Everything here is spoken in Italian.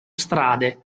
strade